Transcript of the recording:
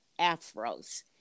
afros